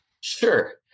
Sure